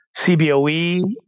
CBOE